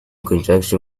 conjunction